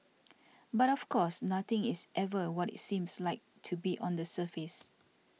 but of course nothing is ever what it seems like to be on the surface